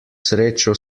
srečo